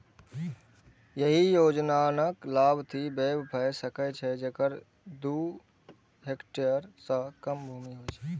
एहि योजनाक लाभार्थी वैह भए सकै छै, जेकरा दू हेक्टेयर सं कम भूमि होय